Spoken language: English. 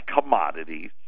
commodities